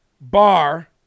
bar